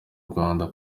rwanda